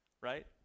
right